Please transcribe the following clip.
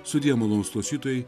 sudie malonūs klausytojai